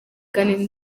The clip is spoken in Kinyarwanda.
kandi